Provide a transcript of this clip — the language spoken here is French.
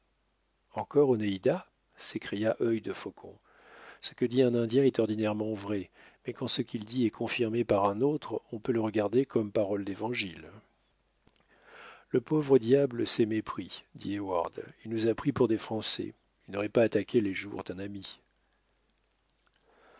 encore onéida s'écria œil de faucon ce que dit un indien est ordinairement vrai mais quand ce qu'il dit est confirmé par un autre on peut le regarder comme paroles d'évangile le pauvre diable s'est mépris dit heyward il nous a pris pour des français il n'aurait pas attaqué les jours d'un ami